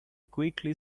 quickly